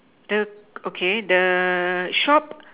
the okay the shop